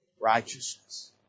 righteousness